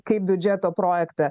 kaip biudžeto projekte